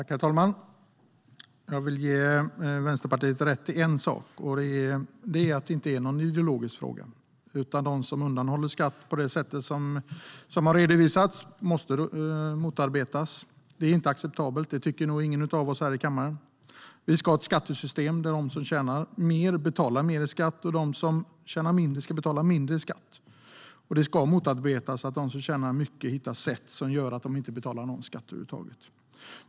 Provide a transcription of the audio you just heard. Herr talman! Jag vill ge Vänsterpartiet rätt i en sak: Detta är ingen ideologisk fråga, utan de som undanhåller skatt på det sätt som har redovisats måste motarbetas, för det är inte acceptabelt - det tycker nog ingen av oss här i kammaren. Vi ska ha ett skattesystem där de som tjänar mer betalar mer i skatt och de som tjänar mindre betalar mindre i skatt. Det ska också motarbetas att de som tjänar mycket hittar sätt som gör att de inte betalar någon skatt över huvud taget.